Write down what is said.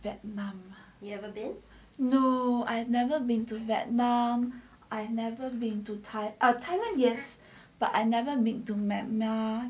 vietnam no I've never been to vietnam I never been to thai thailand yes but I never meet to myanmar mah